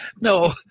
No